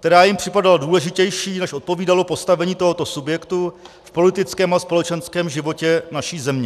která jim připadala důležitější, než odpovídalo postavení tohoto subjektu v politickém a společenském životě naší země.